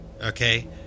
Okay